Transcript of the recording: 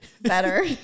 better